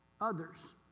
others